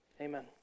Amen